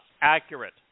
accurate